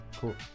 Cool